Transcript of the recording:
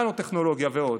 ננוטכנולוגיה ועוד.